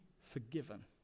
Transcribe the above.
forgiven